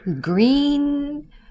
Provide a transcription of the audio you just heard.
green